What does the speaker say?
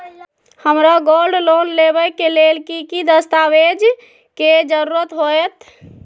हमरा gold loan लेबे के लेल कि कि दस्ताबेज के जरूरत होयेत?